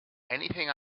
anything